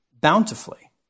bountifully